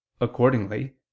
accordingly